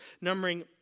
numbering